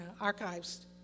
archives